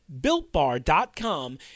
builtbar.com